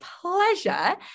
pleasure